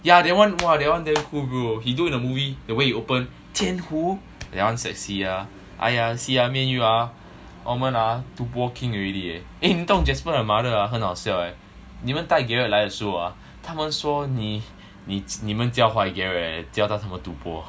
yeah that one that one damn cool bro he do in the movie the way he open 天胡 that one sexy ah see ah me and you ah 我们 ah 赌博 king already eh 你懂 jasper 的 mother ah 很好笑 leh 你们带 gerard 来的时候 ah 他们说你你你们教坏 gerard eh 教他怎么赌博